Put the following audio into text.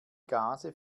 gase